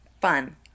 fun